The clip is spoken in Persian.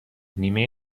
نیمه